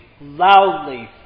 loudly